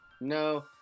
no